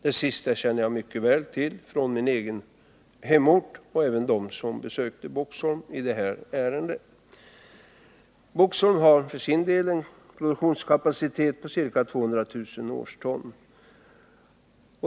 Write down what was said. Det sista känner jag mycket väl till från min egen hemort Boxholm, och det gör även de som besökte Boxholm i detta ärende. Boxholms AB har en produktionskapacitet på ca 200 000 årston.